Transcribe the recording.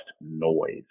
noise